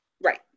Right